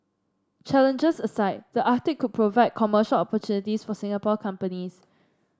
challenges aside the Arctic provide commercial opportunities for Singapore companies